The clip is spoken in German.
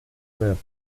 wird